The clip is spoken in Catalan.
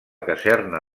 caserna